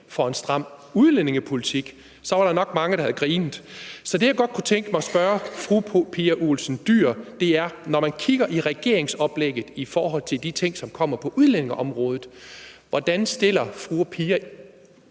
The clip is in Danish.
for en stram udlændingepolitik. Så var der nok mange, der havde grinet. Så det, jeg godt kunne tænke mig at spørge fru Pia Olsen Dyhr om, er: Når man kigger i regeringsoplægget i forhold til de ting, som kommer på udlændingeområdet, hvordan stille fru Pia